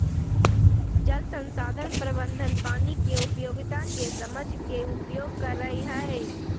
जल संसाधन प्रबंधन पानी के उपयोगिता के समझ के उपयोग करई हई